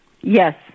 Yes